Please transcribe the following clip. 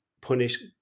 punish